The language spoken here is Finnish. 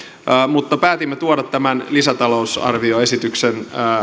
mutta päätimme tuoda tämän lisätalousarvioesityksen